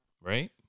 Right